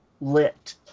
lit